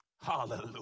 Hallelujah